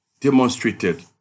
demonstrated